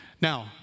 Now